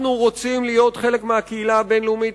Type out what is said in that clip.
אנחנו רוצים להיות חלק מהקהילה הבין-לאומית,